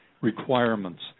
requirements